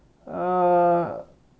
ah